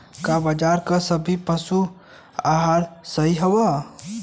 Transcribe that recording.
का बाजार क सभी पशु आहार सही हवें?